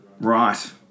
Right